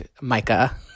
Micah